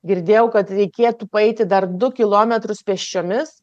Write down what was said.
girdėjau kad reikėtų paeiti dar du kilometrus pėsčiomis